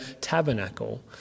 tabernacle